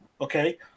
okay